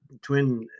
twin